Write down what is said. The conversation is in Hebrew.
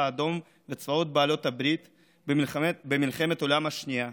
האדום וצבאות בעלות הברית במלחמת העולם השנייה.